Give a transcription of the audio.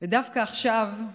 דווקא עכשיו,